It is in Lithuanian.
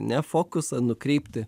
ne fokusą nukreipti